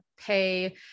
pay